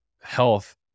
health